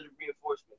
reinforcement